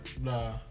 Nah